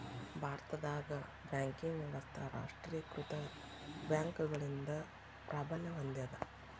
ಭಾರತದಾಗ ಬ್ಯಾಂಕಿಂಗ್ ವ್ಯವಸ್ಥಾ ರಾಷ್ಟ್ರೇಕೃತ ಬ್ಯಾಂಕ್ಗಳಿಂದ ಪ್ರಾಬಲ್ಯ ಹೊಂದೇದ